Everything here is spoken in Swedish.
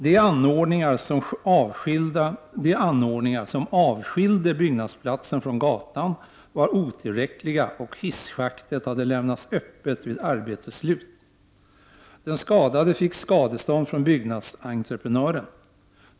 De anordningar som avskiljde byggnadsplatsen från gatan var otillräckliga, och hissschaktet hade lämnats öppet vid arbetets slut. Den skadade fick skadestånd från byggnadsentreprenören.